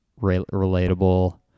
relatable